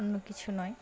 অন্য কিছু নয়